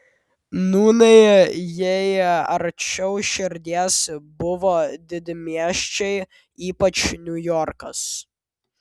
nūnai jai arčiau širdies buvo didmiesčiai ypač niujorkas